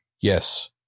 Yes